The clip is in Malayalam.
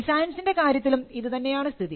ഡിസൈൻസിൻറെ കാര്യത്തിലും ഇതുതന്നെയാണ് സ്ഥിതി